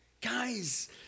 Guys